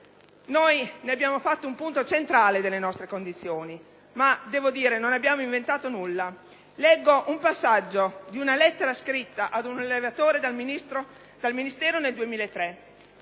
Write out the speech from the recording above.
Noi ne abbiamo fatto un punto centrale delle nostre condizioni, ma devo dire che non abbiamo inventato nulla. Leggo un passaggio di una lettera scritta ad un allevatore dal Ministero nel 2003: